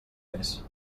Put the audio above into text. més